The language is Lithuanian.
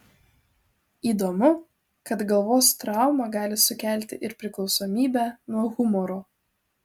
įdomu kad galvos trauma gali sukelti ir priklausomybę nuo humoro